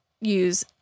use